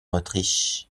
autriche